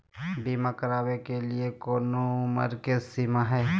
बीमा करावे के लिए कोनो उमर के सीमा है?